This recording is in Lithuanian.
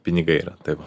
pinigai yra tai va